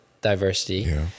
diversity